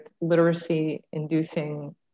literacy-inducing